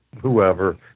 whoever